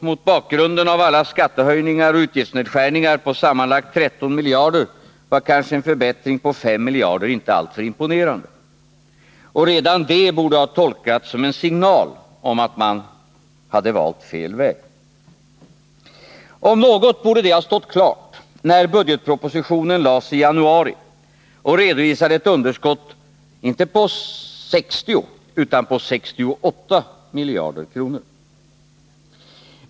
Mot bakgrunden av alla skattehöjningar och utgiftsnedskärningar på sammanlagt 13 miljarder var kanske en förbättring med 5 miljarder inte alltför imponerande. Redan det borde ha tolkats som en signal om att man hade valt fel väg. Om något borde det ha stått klart när budgetpropositionen lades i januari och redovisade ett underskott inte på 60 utan på 68 miljarder kronor.